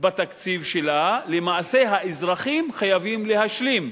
בתקציב שלה, למעשה האזרחים חייבים להשלים,